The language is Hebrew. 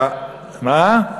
מה?